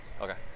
Okay